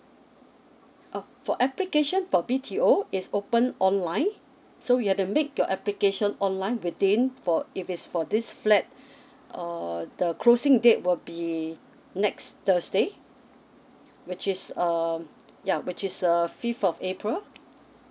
uh for application for B_T_O it's open online so you have to make your application online within for if it's for this flat err the closing date will be next thursday which is um ya which is a fifth of april